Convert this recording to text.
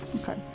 Okay